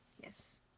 Yes